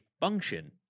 function